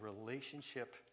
relationship